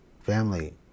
Family